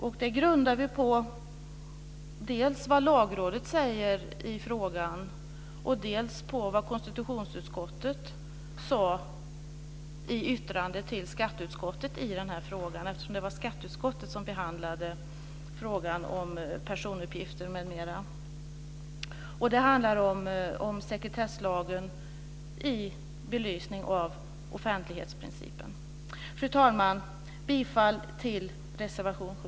Vi grundar oss dels på vad Lagrådet uttalar i frågan, dels på vad konstitutionsutskottet framhöll i yttrande till skatteutskottet när skatteutskottet behandlade frågan om personuppgifter m.m. Det handlar om sekretesslagen i belysning av offentlighetsprincipen. Fru talman! Jag yrkar bifall till reservation 7.